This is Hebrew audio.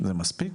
זה מספיק?